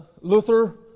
Luther